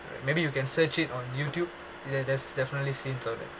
maybe you can search it on YouTube there there's definitely scenes on it